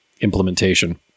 implementation